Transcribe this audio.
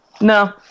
No